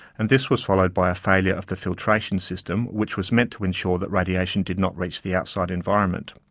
and this was followed by a failure of the filtration system which was meant to ensure that radiation did not reach the outside environment.